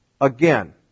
again